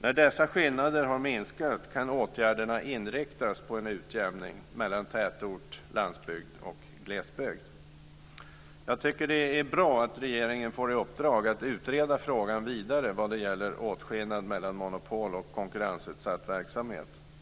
När dessa skillnader har minskat kan åtgärderna inriktas på en utjämning mellan tätort, landsbygd och glesbygd. Jag tycker att det är bra att regeringen får i uppdrag att utreda frågan vidare vad det gäller åtskillnad mellan monopol och konkurrensutsatt verksamhet.